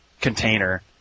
container